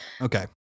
Okay